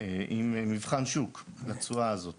עם מבחן שוק לתשואה הזאת